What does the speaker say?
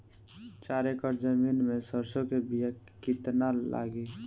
चार एकड़ जमीन में सरसों के बीया कितना लागी?